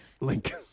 Link